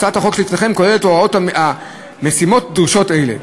הצעת החוק שלפניכם כוללת הוראות המיישמות דרישות אלה.